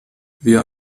wir